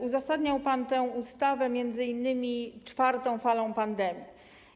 Uzasadniał pan tę ustawę m.in. czwartą falą pandemii.